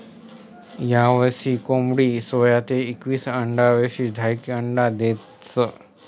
यावसायिक कोंबडी सोया ते एकवीस आठवडासनी झायीकी अंडा देस